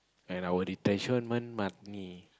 and our retention money